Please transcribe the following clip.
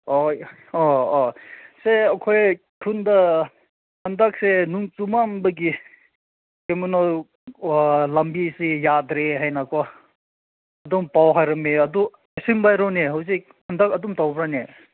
ꯑꯣ ꯍꯣꯏ ꯑꯣ ꯑꯣ ꯁꯦ ꯑꯩꯈꯣꯏ ꯈꯨꯟꯗ ꯍꯟꯗꯛꯁꯦ ꯅꯣꯡ ꯆꯨꯃꯟꯕꯒꯤ ꯂꯝꯕꯤꯁꯤ ꯌꯥꯗ꯭ꯔꯦ ꯍꯥꯏꯅꯀꯣ ꯑꯗꯨꯝ ꯄꯥꯎ ꯍꯥꯏꯔꯝꯃꯦ ꯑꯗꯨ ꯑꯁꯦꯡꯕꯒꯤꯔꯣꯅꯦ ꯍꯧꯖꯤꯛ ꯍꯟꯗꯛ ꯑꯗꯨꯝ ꯇꯧꯕ꯭ꯔꯅꯦ